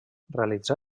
realitzà